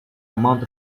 amount